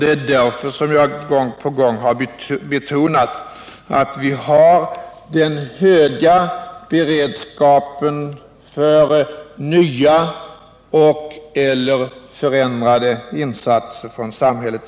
Det är därför som jag gång på gång har betonat att vi har en hög beredskap för nya och/eller förändrade insatser från samhället.